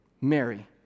Mary